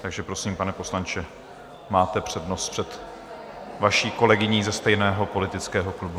Takže prosím, pane poslanče, máte přednost před vaší kolegyní ze stejného politického klubu.